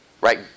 Right